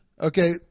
Okay